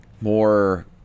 more